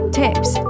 tips